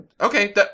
okay